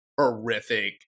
horrific